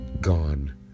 gone